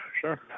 sure